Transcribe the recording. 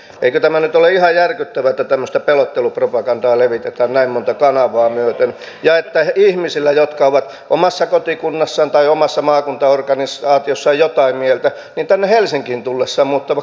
eikö tämä nyt ole ihan järkyttävää että tämmöistä pelottelupropagandaa levitetään näin montaa kanavaa myöten ja että ihmisillä jotka ovat omassa kotikunnassaan tai omassa maakuntaorganisaatiossaan jotain mieltä tänne helsinkiin tullessaan muuttavat kantansa päinvastaiseksi